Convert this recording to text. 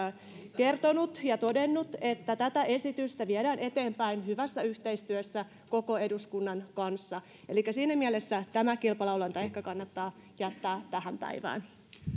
kertonut ja todennut että tätä esitystä viedään eteenpäin hyvässä yhteistyössä koko eduskunnan kanssa elikkä siinä mielessä tämä kilpalaulanta ehkä kannattaa jättää tähän päivään